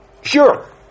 Sure